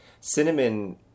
Cinnamon